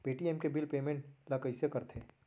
Paytm के bill payment ल कइसे करथे?